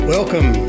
Welcome